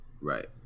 right